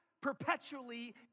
perpetually